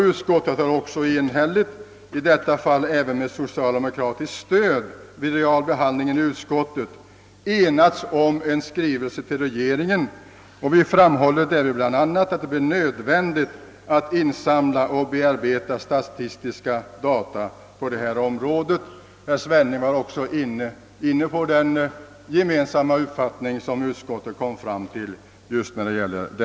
Utskottet har också enhälligt — i detta fall även med socialdemokratiskt stöd vid realbehandlingen i utskottet — enats om att föreslå en skrivelse till regeringen. Vi framhåller däri bl.a. att det blir nödvändigt att »insamla och bearbeta statistiska data på området». Också herr Svenning berörde utskottets gemensamma uppfattning på denna punkt.